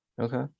Okay